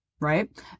Right